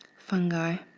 fungi,